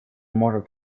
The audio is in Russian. может